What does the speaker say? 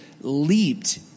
leaped